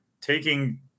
taking